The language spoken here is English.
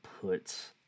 put